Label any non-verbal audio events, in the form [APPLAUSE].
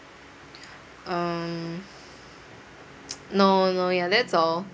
um [NOISE] no no ya that's all